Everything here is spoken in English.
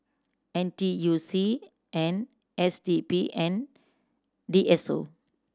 N T U C and S D P and D S O